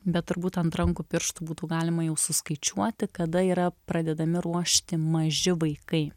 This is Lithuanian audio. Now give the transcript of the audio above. bet turbūt ant rankų pirštų būtų galima jau suskaičiuoti kada yra pradedami ruošti maži vaikai